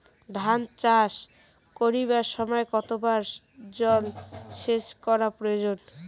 ধান চাষ করিবার সময় কতবার জলসেচ করা প্রয়োজন?